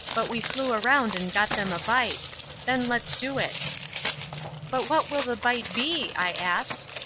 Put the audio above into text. but we flew around and got them a bite then let's do it but what will the bite be i asked,